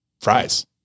fries